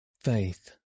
Faith